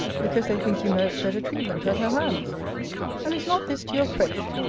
because they think you merit better treatment at her hands and is not this to your credit?